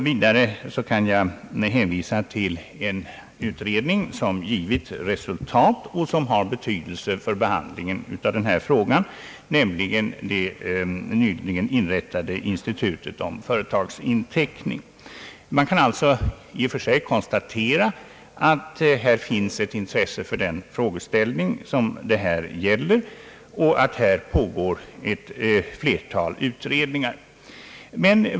Vidare kan jag hänvisa till en utredning som gett resultat och som har betydelse för behandlingen av denna fråga, nämligen det nyligen inrättade institutet om företagsinteckning. Man kan alltså i och för sig konstatera, att det finns ett intresse för den frågeställning det här gäller och att ett flertal utredningar pågår.